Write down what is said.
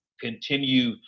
continue